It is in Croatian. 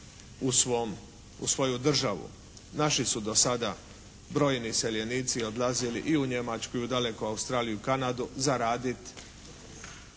u svoju državu. Naši su do sada brojni iseljenici odlazili i u Njemačku i u daleku Australiju i u Kanadu zaraditi